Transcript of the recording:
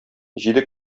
җиде